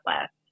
left